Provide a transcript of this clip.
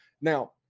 Now